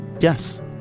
Yes